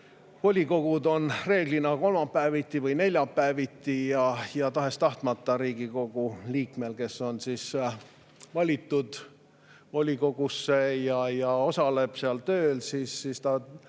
Volikogud on reeglina kolmapäeviti või neljapäeviti. Tahes-tahtmata tuleb Riigikogu liikmel, kes on valitud volikogusse ja osaleb selle töös, valida,